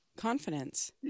Confidence